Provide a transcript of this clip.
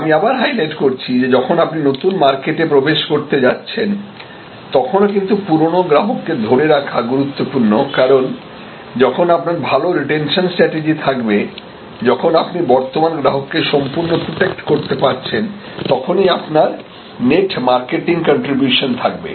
আমি আবার হাইলাইট করছি যে যখন আপনি নতুন মার্কেটে প্রবেশ করতে যাচ্ছেন তখন ও কিন্তু পুরোনো গ্রাহক ধরে রাখা গুরুত্বপূর্ণ কারণ যখন আপনার ভাল রিটেনশন স্ট্র্যাটেজি থাকবে যখন আপনি বর্তমান গ্রাহককে সম্পূর্ণ প্রটেক্ট করতে পারছেন তখনই আপনার নেট মার্কেটিং কন্ট্রিবিউশন থাকবে